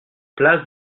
place